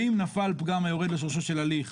ואם נפל פגם היורד לשורשו של הליך,